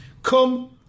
come